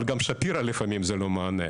אבל גם שפירא לפעמים זה לא המענה.